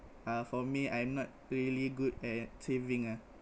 uh for me I'm not really good at saving ah